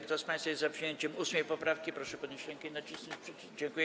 Kto z państwa jest za przyjęciem 8. poprawki, proszę podnieść rękę i nacisnąć przycisk.